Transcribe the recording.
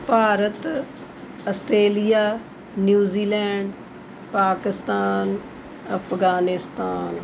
Bharat Australia New Zealand Pakistan Afghanistan